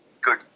good